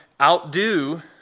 outdo